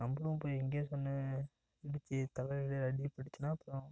நம்பளும் போய் எங்கேயாச்சும் ஒன்று இடிச்சு தலையில் அடிபட்டுச்சுன்னா அப்புறோம்